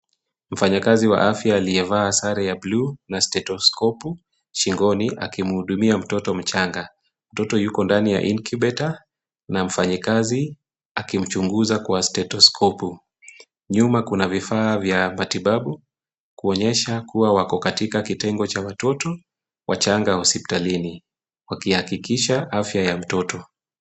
Mfanyikazi wa afya aliyevaa sare ya bluu na stetoskopu shingoni akimhudumia mtoto mchanga. Mtoto yuko ndani ya incubator na mfanyikazi akimchunguza kwa stetoskopu. Nyuma kuna vifaa vya matibabu kuonyesha kuwa wako katika kitengo cha watoto wachanga hospitalini wakihakikisha afya ya mtoto.